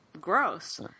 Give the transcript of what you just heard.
gross